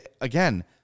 Again